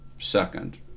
second